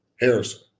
Harrison